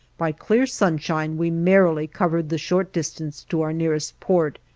by clear sunshine we merrily covered the short distance to our nearest port,